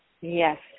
Yes